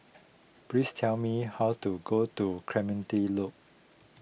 please tell me how to get to Clementi Loop